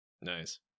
nice